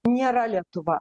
nėra lietuva